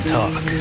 talk